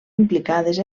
implicades